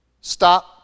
Stop